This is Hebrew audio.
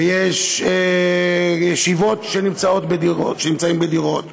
ויש ישיבות שנמצאות בדירות.